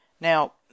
Now